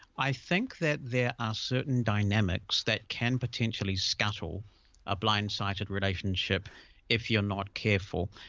i think that there are certain dynamics that can potentially scuttle a blind sighted relationship if you're not careful.